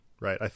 right